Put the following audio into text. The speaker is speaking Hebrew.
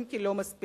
אם כי לא מספיק.